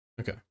okay